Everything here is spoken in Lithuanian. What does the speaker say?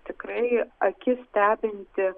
tikrai akis stebinti